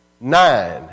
Nine